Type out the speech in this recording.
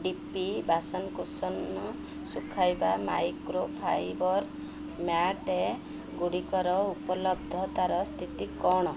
D P ବାସନକୁସନ ଶୁଖାଇବା micro fibre mat ଗୁଡ଼ିକର ଉପଲବ୍ଧତାର ସ୍ଥିତି କ'ଣ